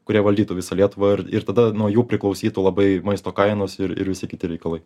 kurie valdytų visą lietuvą ir tada nuo jų priklausytų labai maisto kainos ir ir visi kiti reikalai